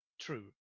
true